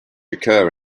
occur